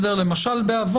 זה הגורמים המנויים בפרט 4(3) או (4)